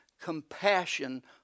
compassion